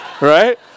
Right